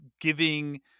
giving